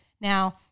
Now